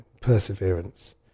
perseverance